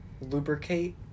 lubricate